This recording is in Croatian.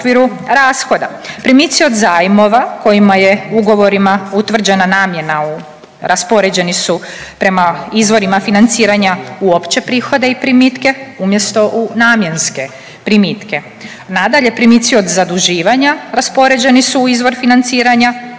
u okviru rashoda. Primici od zajmova kojima je ugovorima utvrđena namjena u, raspoređeni su prema izvorima financiranja u opće prihode i primitke umjesto u namjenske primitke. Nadalje, primici od zaduživanja raspoređeni su u izvor financiranja,